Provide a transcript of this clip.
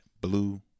Blue